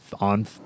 on